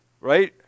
Right